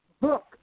book